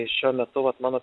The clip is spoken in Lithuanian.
šiuo metu vat mano